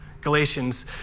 Galatians